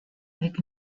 avec